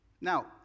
Now